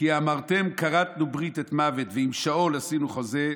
כי אמרתם כרתנו ברית את מוֶת ועם שאול עשינו חֹזה,